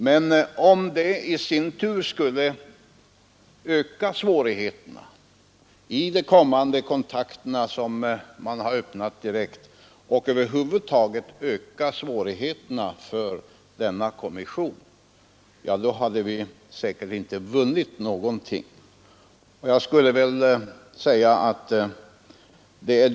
Men om det i sin tur skulle öka svårigheterna i de direkta kontakter mellan Nordoch Sydkorea som man har öppnat och över huvud taget öka svårigheterna för denna kommission, då hade vi säkerligen inte vunnit någonting med ett erkännande.